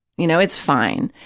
you know, it's fine.